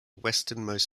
westernmost